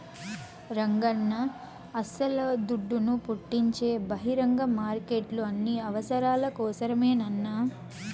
రంగన్నా అస్సల దుడ్డును పుట్టించే బహిరంగ మార్కెట్లు అన్ని అవసరాల కోసరమేనన్నా